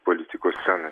politikos scenoj